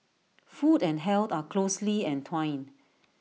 food and health are closely entwined